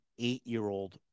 eight-year-old